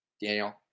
Daniel